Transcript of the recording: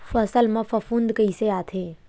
फसल मा फफूंद कइसे आथे?